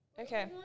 Okay